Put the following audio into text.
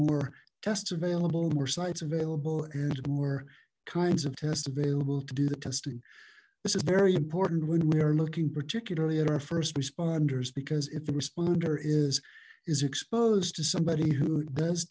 more it's available were sites available and more kinds of tests available to do the testing this is very important when we are looking particularly at our first responders because if the responder is is exposed to somebody who does